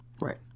Right